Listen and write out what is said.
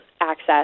access